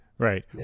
Right